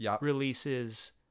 releases